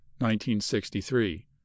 1963